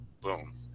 Boom